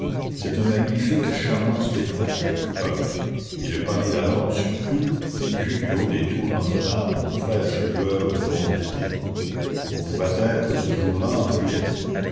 c'est un magnifique et charmant spectacle que paris et le paris d'alors surtout vu du haut des tours notre-dame aux fraîches lueurs d'une aube d'été on pouvait être ce jour-là en juillet